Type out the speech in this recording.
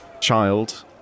child